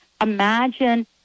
Imagine